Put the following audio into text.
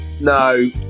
No